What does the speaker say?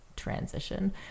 Transition